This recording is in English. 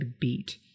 beat